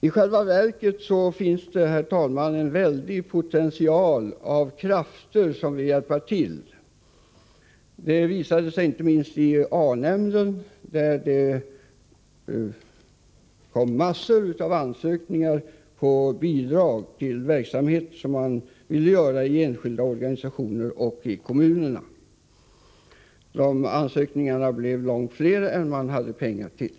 I själva verket finns det, herr talman, en väldig potential av krafter som vill hjälpa till. Det visade sig inte minst i A-nämnden — Socialstyrelsens nämnd för alkoholfrågor — som fick in massor av ansökningar om bidrag till verksamhet som man vill bedriva i enskilda organisationer och i kommunerna. Ansökningarna blev långt fler än nämnden hade pengar till.